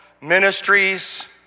ministries